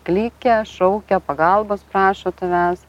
klykia šaukia pagalbos prašo tavęs